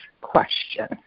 question